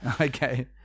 Okay